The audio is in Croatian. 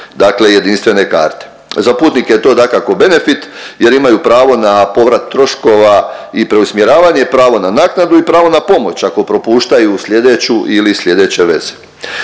dakle jedinstvene karte. Za putnike je to dakako benefit jer imaju pravo na povrat troškova i preusmjeravanje i pravo na naknadu i pravo na pomoć ako propuštaju slijedeću ili slijedeće veze.